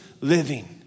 living